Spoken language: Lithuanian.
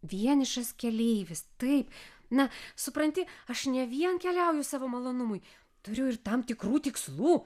vienišas keleivis taip na supranti aš ne vien keliauju savo malonumui turiu ir tam tikrų tikslų